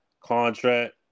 contract